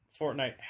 Fortnite